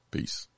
Peace